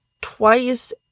twice